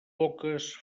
poques